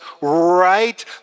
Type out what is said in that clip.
right